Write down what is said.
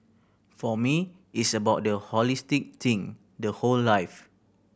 for me it's about the holistic thing the whole life